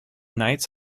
knights